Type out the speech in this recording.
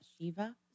Shiva